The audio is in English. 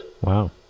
Wow